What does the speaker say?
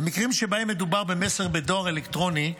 במקרים שבהם מדובר במסר בדואר אלקטרוני,